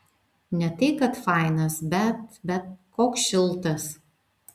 ne tai kad fainas bet bet koks šiltas